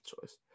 choice